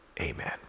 Amen